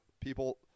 people –